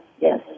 yes